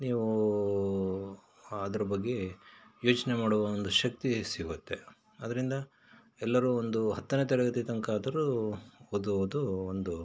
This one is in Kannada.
ನೀವೂ ಅದ್ರ ಬಗ್ಗೆ ಯೋಚನೆ ಮಾಡುವ ಒಂದು ಶಕ್ತಿ ಸಿಗುತ್ತೆ ಅದರಿಂದ ಎಲ್ಲರೂ ಒಂದು ಹತ್ತನೆ ತರಗತಿ ತನ್ಕ ಆದರೂ ಓದುವುದು ಒಂದು